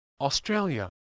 Australia